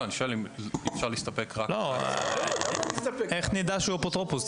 איך נדע שהוא אפוטרופוס?